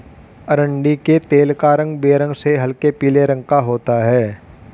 अरंडी के तेल का रंग बेरंग से हल्के पीले रंग का होता है